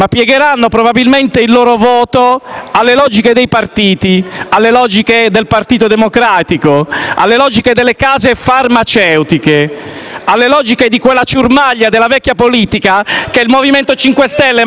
alle logiche dei partiti, del Partito Democratico, delle case farmaceutiche, di quella ciurmaglia della vecchia politica che il Movimento 5 Stelle manderà tra qualche mese a casa.